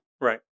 Right